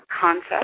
concept